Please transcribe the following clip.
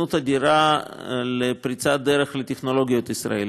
הזדמנות אדירה לפריצת דרך לטכנולוגיות ישראליות.